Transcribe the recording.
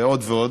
ועוד ועוד.